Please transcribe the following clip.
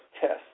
test